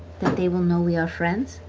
that they will know we are friends?